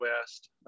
west